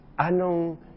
Anong